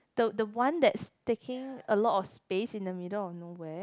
the the one that's taking a lot of space in the middle of nowhere